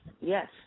yes